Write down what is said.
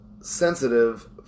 sensitive